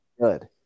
good